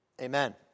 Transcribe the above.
Amen